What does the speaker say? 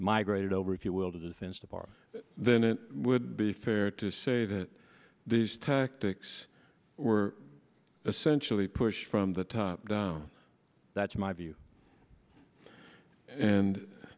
migrated over if you will to the defense department then it would be fair to say that these tactics were essentially pushed from the top down that's my view and